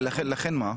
ולכן מה?